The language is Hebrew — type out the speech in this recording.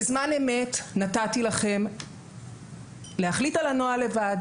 בזמן אמת נתתי לכם להחליט על הנוהל לבד,